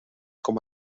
com